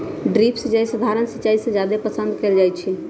drip सिंचाई सधारण सिंचाई से जादे पसंद कएल जाई छई